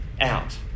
out